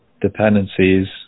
dependencies